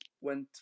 Went